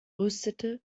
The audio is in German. rüstete